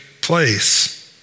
place